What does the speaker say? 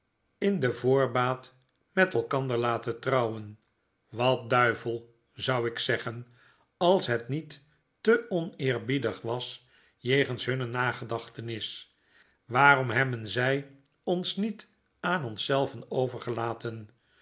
in de voorbaat met elkander laten trouwen wat duivel zou ik zeggen als het niet te oneerbiedig was jegens hunne nagedachtenis waarom hebben zy ons niet aan ons zelven overgelaten